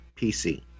PC